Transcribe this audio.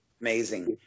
amazing